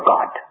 God